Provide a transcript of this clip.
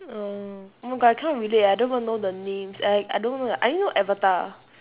oh oh my god I can't relate I don't even know the names I I don't even I only know avatar